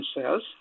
cells